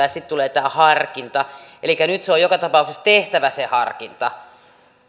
ja sitten tulee tämä harkinta elikkä nyt on joka tapauksessa tehtävä se harkinta